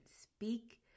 speak